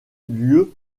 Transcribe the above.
lieu